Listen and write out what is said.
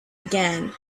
again